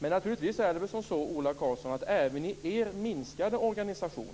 Men även i er minskade organisation